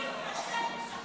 הצעת חוק הפצת שידורים